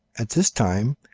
at this time,